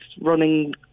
running